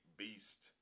beast